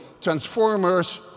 transformers